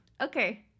okay